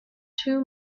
two